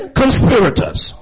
conspirators